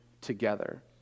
together